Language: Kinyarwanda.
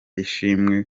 ishimwe